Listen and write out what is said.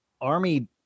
army